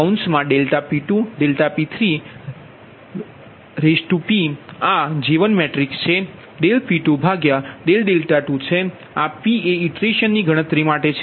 આ ∆P2 ∆P3 pઆ જે1 મેટ્રિક્સ છે P22 છે આ p એ ઇટરેશન ની ગણતરી માટે છે